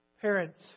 Parents